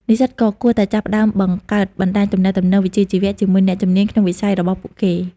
និស្សិតក៏គួរតែចាប់ផ្តើមបង្កើតបណ្តាញទំនាក់ទំនងវិជ្ជាជីវៈ ជាមួយអ្នកជំនាញក្នុងវិស័យរបស់ពួកគេ។